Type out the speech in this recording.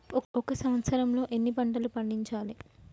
ఒక సంవత్సరంలో ఎన్ని పంటలు పండించాలే?